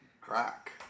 crack